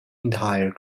entire